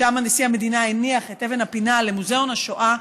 ושם נשיא המדינה הניח את אבן הפינה למוזיאון השואה.